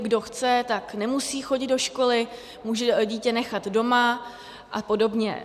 Kdo chce, tak nemusí chodit do školy, může dítě nechat doma a podobně.